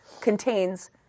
contains